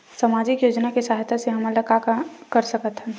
सामजिक योजना के सहायता से हमन का का कर सकत हन?